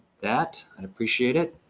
that. i'd appreciate it.